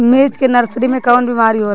मिर्च के नर्सरी मे कवन बीमारी होला?